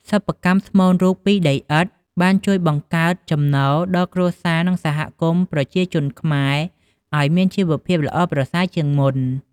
សិប្បកម្មស្មូនរូបពីដីឥដ្ធបានជួយបង្កើតចំណូលដល់គ្រួសារនិងសហគមប្រជាជនខ្មែរឲ្យមានជីវភាពល្អប្រសើជាងមុន។